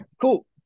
cool